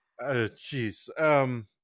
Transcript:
Jeez